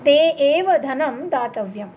ते एव धनं दातव्यम्